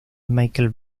michael